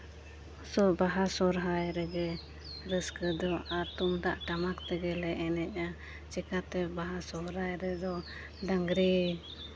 ᱥᱚᱵ ᱵᱟᱦᱟ ᱥᱚᱦᱨᱟᱭ ᱨᱮᱜᱮ ᱨᱟᱹᱥᱠᱟᱹ ᱫᱚ ᱟᱨ ᱛᱩᱢᱫᱟᱜ ᱴᱟᱢᱟᱠ ᱛᱮᱜᱮᱞᱮ ᱮᱱᱮᱡᱼᱟ ᱪᱤᱠᱟᱹᱛᱮ ᱵᱟᱦᱟ ᱥᱚᱦᱨᱟᱭ ᱨᱮᱫᱚ ᱰᱟᱝᱨᱤ